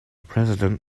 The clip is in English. president